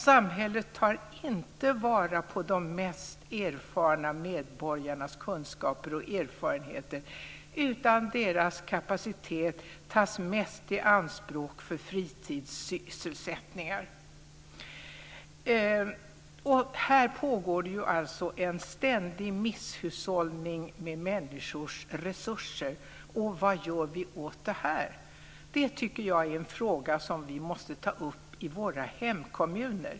Samhället tar inte vara på de mest erfarna medborgarnas kunskaper och erfarenheter utan deras kapacitet tas mest i anspråk för fritidssysselsättningar. Här pågår alltså en ständig misshushållning med människors resurser. Vad gör vi åt det här? Det tycker jag är en fråga som vi måste ta upp i våra hemkommuner.